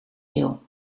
wil